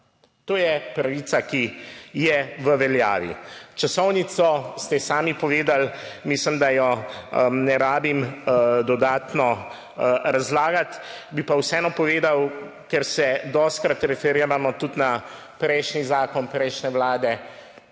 To je pravica, ki je v veljavi. Časovnico ste sami povedali, mislim, da jo ne rabim dodatno razlagati, bi pa vseeno povedal, ker se dostikrat referiramo tudi na prejšnji zakon prejšnje vlade,